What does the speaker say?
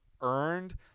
earned